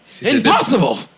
Impossible